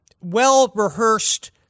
well-rehearsed